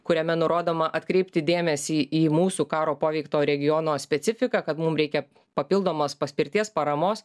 kuriame nurodoma atkreipti dėmesį į mūsų karo paveikto regiono specifiką kad mum reikia papildomos paspirties paramos